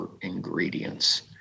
ingredients